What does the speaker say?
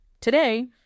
Today